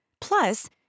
Plus